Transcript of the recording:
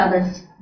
others